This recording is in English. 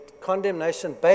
condemnation